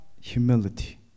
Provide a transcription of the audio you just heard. humility